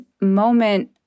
moment